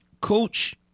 Coach